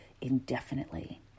indefinitely